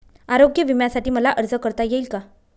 आरोग्य विम्यासाठी मला अर्ज करता येईल का?